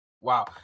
Wow